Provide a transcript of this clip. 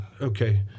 okay